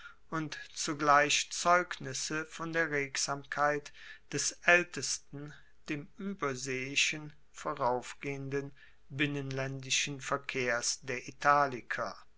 und zugleich zeugnisse von der regsamkeit des aeltesten dem ueberseeischen voraufgehenden binnenlaendischen verkehrs der italiker